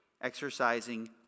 exercising